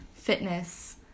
fitness